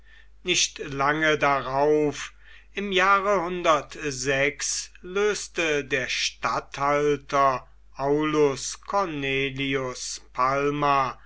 nicht lange darauf im jahre löste der statthalter aulus cornelius palma